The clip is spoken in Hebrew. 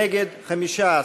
נגד, 15,